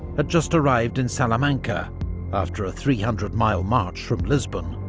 had just arrived in salamanca after a three hundred mile march from lisbon.